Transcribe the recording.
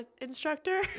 instructor